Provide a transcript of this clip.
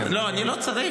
לא, אני לא צריך.